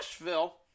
Nashville